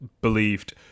believed